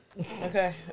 Okay